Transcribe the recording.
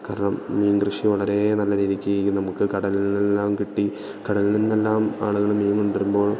കാരണം മീൻകൃഷി വളരെ നല്ല രീതിക്ക് നമുക്ക് കടലിലെല്ലാം കിട്ടി കടലിൽനിന്നെല്ലാം ആളുകൾ മീൻ കൊണ്ടുവരുമ്പോൾ